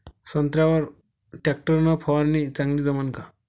संत्र्यावर वर टॅक्टर न फवारनी चांगली जमन का?